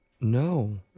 no